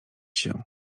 się